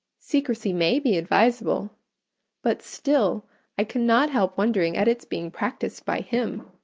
secrecy may be advisable but still i cannot help wondering at its being practiced by him.